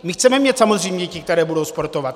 My chceme mít samozřejmě děti, které budou sportovat.